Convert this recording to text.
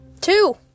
Two